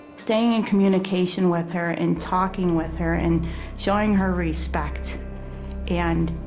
staying in communication with her and talking with her and showing her respect and.